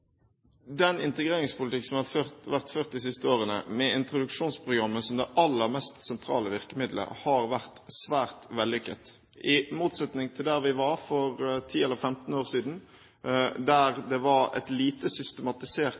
Den integreringspolitikken som har vært ført de siste årene, med introduksjonsprogrammet som det aller mest sentrale virkemiddelet, har vært svært vellykket. I motsetning til der vi var for 10 eller 15 år siden, der det var et lite systematisert